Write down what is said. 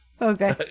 Okay